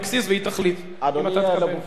לגוף הצעת החוק,